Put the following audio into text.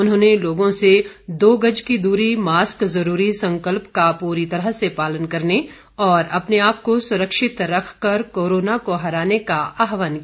उन्होंने लोगों से दो गज की दूरी मास्क जरूरी संकल्प का पूरी तरह से पालने करने और अपने आप को सुरक्षित रखकर कोरोना को हराने का आह्वान किया